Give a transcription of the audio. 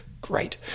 great